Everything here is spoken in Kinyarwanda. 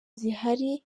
zihari